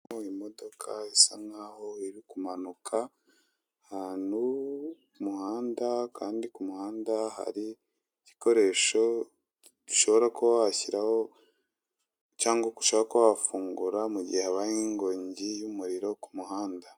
Imodoka isa nk'aho iri kumanuka ahantu kumuhanda, kandi kumuhanda hari igikoresho ushobora kuba washyiraho cyangwa ushobora kuba wafungura mu gihe habaye inkongi y'umuriro kumuhanda.